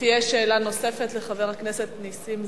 ותהיה שאלה נוספת לחבר הכנסת נסים זאב.